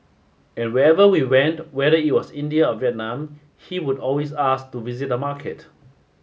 and wherever we went whether it was India or Vietnam he would always ask to visit a market